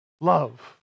Love